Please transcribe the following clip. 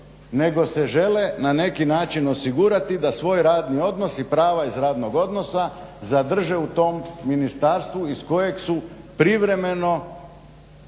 nego se žele na neki način osigurati da svoj radni odnos i prava iz radnog odnosa zadrže u tom ministarstvu iz kojeg su privremeno